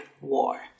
War